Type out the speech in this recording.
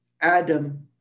Adam